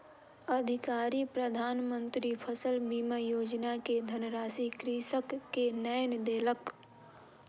अधिकारी प्रधान मंत्री फसल बीमा योजना के धनराशि कृषक के नै देलक